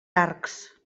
arcs